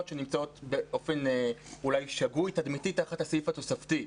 שנמצאות באופן אולי שגוי תדמיתית תחת הסעיף התוספתי.